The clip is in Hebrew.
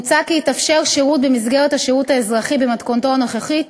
מוצע כי יתאפשר שירות במסגרת השירות האזרחי במתכונתו הנוכחית